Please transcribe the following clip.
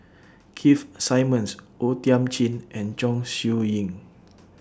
Keith Simmons O Thiam Chin and Chong Siew Ying